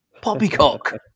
poppycock